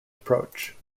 approach